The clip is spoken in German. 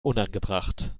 unangebracht